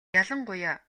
ялангуяа